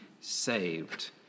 saved